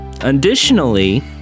additionally